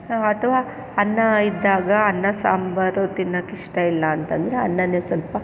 ಅಥವಾ ಅನ್ನ ಇದ್ದಾಗ ಅನ್ನ ಸಾಂಬಾರು ತಿನ್ನೋಕ್ಕಿಷ್ಟ ಇಲ್ಲಾಂತಂದರೆ ಅನ್ನನೇ ಸ್ವಲ್ಪ